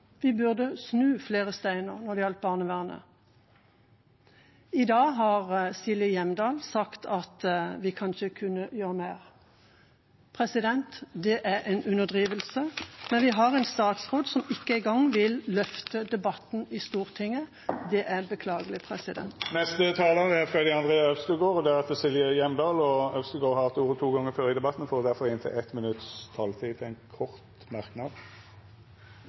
vi burde snu flere steiner når det gjaldt barnevernet. I dag har representanten Silje Hjemdal sagt at vi kanskje kunne gjøre mer. Det er en underdrivelse, men vi har en statsråd som ikke engang vil løfte debatten i Stortinget. Det er beklagelig. Representanten Freddy André Øvstegård har hatt ordet to gonger tidlegare og får ordet til ein kort merknad,